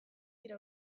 dira